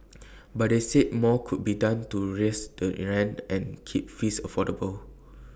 but they said more could be done to reins the in rents and keep fees affordable